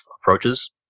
approaches